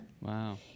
Wow